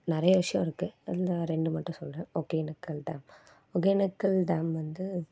நிறைய விஷயம் இருக்கு அதில் ரெண்டு மட்டும் சொல்கிறேன் ஒகேனக்கல் டேம் ஒகேனக்கல் டேம் வந்து